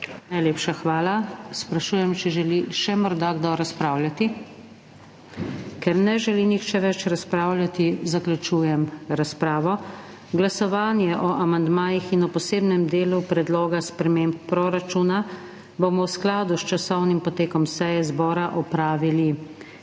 Najlepša hvala. Sprašujem, ali želi morda še kdo razpravljati. Ker ne želi nihče več razpravljati, zaključujem razpravo. Glasovanje o amandmajih in o posebnem delu predloga sprememb proračuna bomo v skladu s časovnim potekom seje zbora opravili